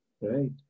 right